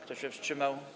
Kto się wstrzymał?